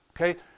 okay